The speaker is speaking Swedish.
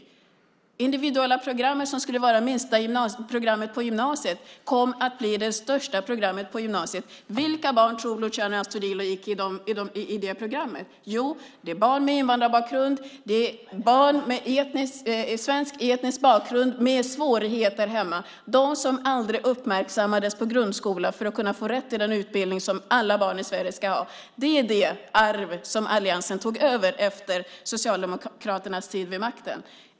Det individuella programmet, som skulle vara det minsta programmet på gymnasiet, kom att bli det största programmet på gymnasiet. Vilka barn tror Luciano Astudillo går på det programmet? Jo, det är barn med invandrarbakgrund. Det är barn med svensk etnisk bakgrund som har svårigheter hemma, de barn som aldrig uppmärksammades i grundskolan för att få rätt till den utbildning som alla barn i Sverige ska ha. Det är det arv som alliansen tog över efter Socialdemokraternas tid vid makten.